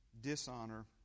dishonor